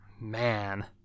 man